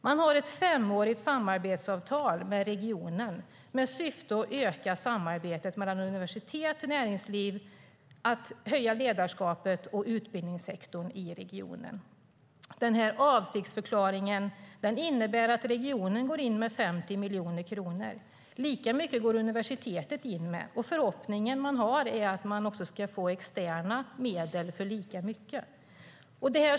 Man har ett femårigt samarbetsavtal med regionen i syfte att öka samarbetet mellan universitet och näringsliv och för att höja ledarskapet och utbildningssektorn i regionen. Avsiktsförklaringen innebär att regionen går in med 50 miljoner kronor. Lika mycket går universitetet in med, och förhoppningen är att få lika mycket i externa medel.